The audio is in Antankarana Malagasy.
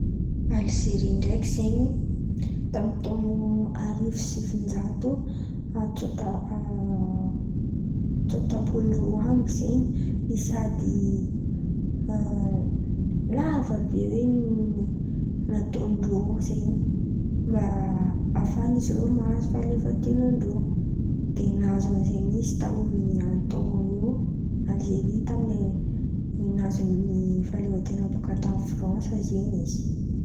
Alzery ndraiky zen̈y tamin'ny taon̈o arivo sivinjato tsôta tsôtampolo roa amby zen̈y sady lava be hoe ny nataon-drô zen̈y mba hahafahan'izy irô mahazo fahaleovanten̈an-drô. Dia nahazo an'zen̈y izy tamin'ny taon̈o io Alzery tamin'ny nahazahoan'ny fahaleovanten̈a bôkà tamin'ny Fransy zen̈y izy.